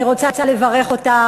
אני רוצה לברך אותך,